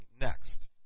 next